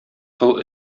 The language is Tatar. кыл